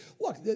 Look